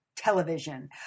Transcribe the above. television